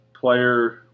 player